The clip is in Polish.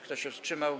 Kto się wstrzymał?